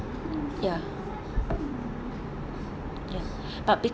ya ya but